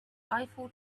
eiffel